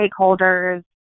stakeholders